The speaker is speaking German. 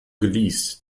geleast